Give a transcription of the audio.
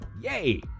yay